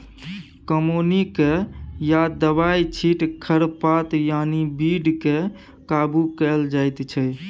कमौनी कए या दबाइ छीट खरपात यानी बीड केँ काबु कएल जाइत छै